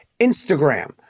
Instagram